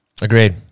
agreed